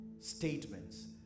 statements